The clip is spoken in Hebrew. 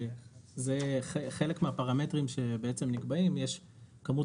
חלק מהפרמטרים שנקבעים יש את כמות